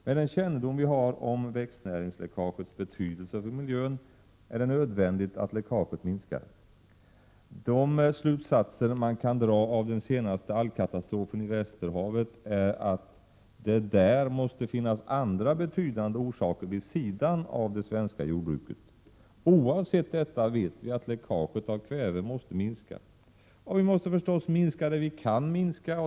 Med den kännedom vi har om växtnäringsläckagets betydelse för miljön är det nödvändigt att läckaget minskar. De slutsatser man kan dra av den senaste algkatastrofen i Västerhavet är att det där måste finnas andra betydande orsaker, vid sidan av det svenska jordbruket. Oavsett detta vet vi att läckaget av kväve måste minska. Och vi måste förstås minska där vi kan.